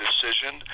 decision